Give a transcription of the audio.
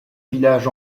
village